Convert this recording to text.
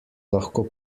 lahko